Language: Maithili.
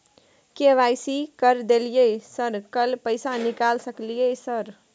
के.वाई.सी कर दलियै सर कल पैसा निकाल सकलियै सर?